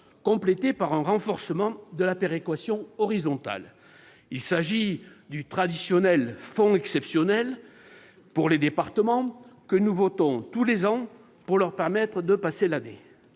complété par un renforcement de la péréquation horizontale. Il s'agit du traditionnel fonds « exceptionnel » pour les départements, que nous votons tous les ans pour leur permettre de passer l'année.